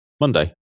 Monday